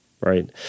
Right